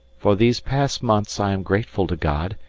for these past months i am grateful to god,